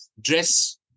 dress